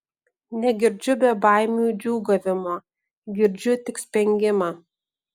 negirdžiu bebaimių džiūgavimo girdžiu tik spengimą